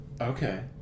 Okay